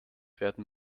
werden